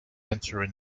answering